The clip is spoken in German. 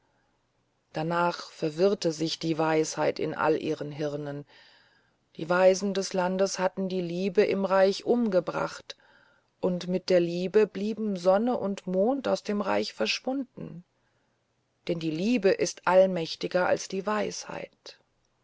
danach verwirrte sich die weisheit in allen ihren hirnen die weisen des landes hatten die liebe im reich umgebracht und mit der liebe blieben sonne und mond aus dem reich verschwunden denn die liebe ist allmächtiger als die weisheit